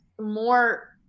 more